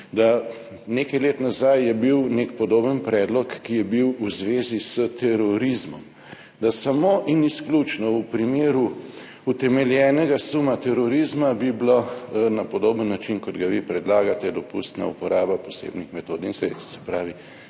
bil nekaj let nazaj nek podoben predlog, ki je bil v zvezi s terorizmom, da bi bilo samo in izključno v primeru utemeljenega suma terorizma na podoben način, kot ga vi predlagate, dopustna uporaba posebnih metod in sredstev, se pravi